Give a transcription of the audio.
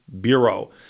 Bureau